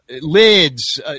Lids